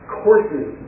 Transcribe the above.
courses